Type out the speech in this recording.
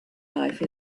life